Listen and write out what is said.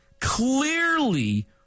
clearly